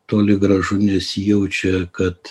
toli gražu nesijaučia kad